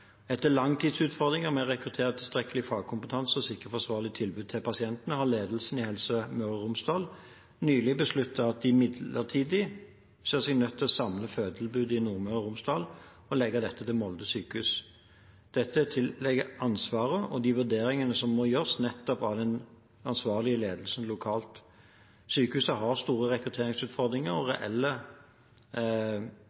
Etter lang tids utfordringer med å rekruttere tilstrekkelig fagkompetanse og sikre et forsvarlig tilbud til pasientene har ledelsen i Helse Møre og Romsdal nylig besluttet at de midlertidig ser seg nødt til å samle fødetilbudet i Nordmøre og Romsdal og legge dette til Molde sykehus. Dette tilligger ansvaret og de vurderingene som må gjøres nettopp av den ansvarlige ledelsen lokalt. Sykehuset har store rekrutteringsutfordringer og